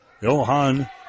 Johan